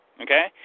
okay